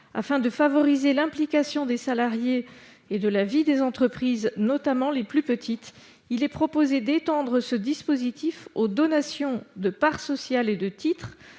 Afin de favoriser l'implication des salariés dans la vie des entreprises, notamment les plus petites, il est proposé d'étendre ce dispositif aux donations de parts sociales et de titres,